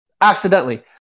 accidentally